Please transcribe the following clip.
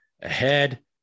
ahead